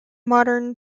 modern